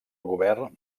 govern